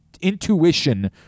intuition